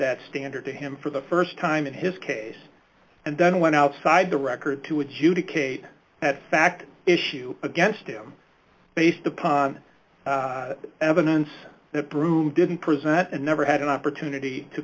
that standard to him for the st time in his case and then went outside the record to adjudicate that fact issue against him based upon evidence that broom didn't present and never had an opportunity to